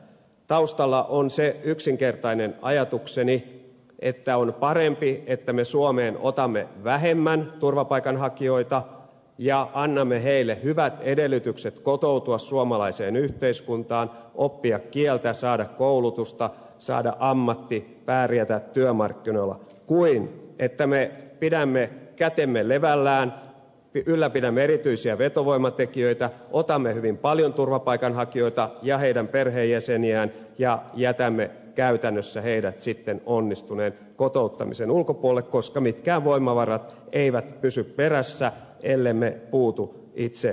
taustalla on se yksinkertainen ajatukseni että on parempi että me otamme suomeen vähemmän turvapaikanhakijoita ja annamme heille hyvät edellytykset kotoutua suomalaiseen yhteiskuntaan oppia kieltä saada koulutusta saada ammatti pärjätä työmarkkinoilla kuin että me pidämme kätemme levällään ylläpidämme erityisiä vetovoimatekijöitä otamme hyvin paljon turvapaikanhakijoita ja heidän perheenjäseniään ja jätämme käytännössä heidät onnistuneen kotouttamisen ulkopuolelle koska mitkään voimavarat eivät pysy perässä ellemme puutu itse määriin